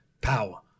power